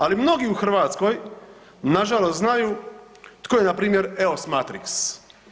Ali mnogi u Hrvatskoj nažalost znaju tko je npr. EOS Matrix.